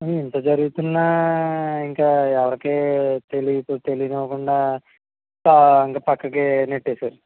ఇంత జరుగుతున్నా ఇంకా ఎవరికీ తెలియకపొతే తెలియనివ్వకుండా ఇంక పక్కకి నెట్టేశారు